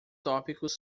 tópicos